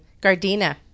Gardena